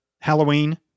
Halloween